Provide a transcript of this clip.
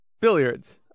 Billiards